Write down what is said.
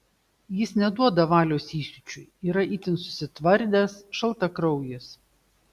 jis neduoda valios įsiūčiui yra itin susitvardęs šaltakraujis